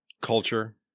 culture